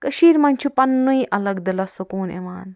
کشیٖرِ منٛز چھُ پننے الگ دِلس سکوٗن یِوان